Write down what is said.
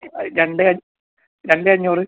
രണ്ട് രണ്ട് അഞ്ഞൂറ്